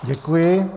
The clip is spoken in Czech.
Děkuji.